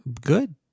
good